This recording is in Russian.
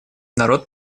народ